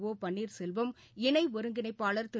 ஒபன்னீர்செல்வம் இணை ஒருங்கிணைப்பாளர் திரு